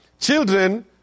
Children